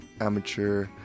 amateur